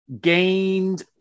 Gained